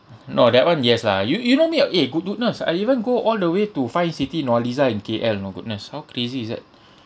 no that [one] yes lah you you know me ah eh good~ goodness I even go all the way to find siti nurhaliza in K_L you know goodness how crazy is that